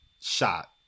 shot